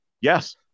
Yes